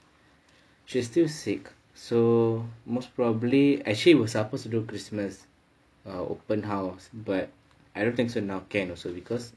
she's still sick so most probably actually was supposed to do christmas open house but I don't think so now can also because